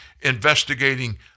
investigating